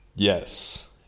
Yes